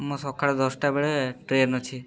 ମୋ ସକାଳେ ଦଶଟା ବେଳେ ଟ୍ରେନ୍ ଅଛି